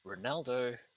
Ronaldo